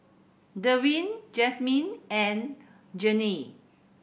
Derwin Jazmine and Jeannie